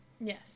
Yes